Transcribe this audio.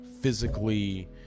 physically